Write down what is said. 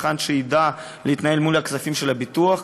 צרכן שידע להתנהל מול הכספים של הביטוח,